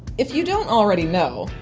if you don't already know,